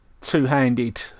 two-handed